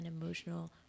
emotional